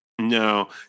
No